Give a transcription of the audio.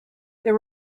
there